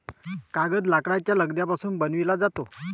कागद लाकडाच्या लगद्यापासून बनविला जातो